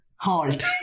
Halt